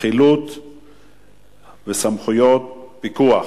(חילוט וסמכויות פיקוח)